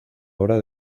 hora